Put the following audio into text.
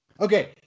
Okay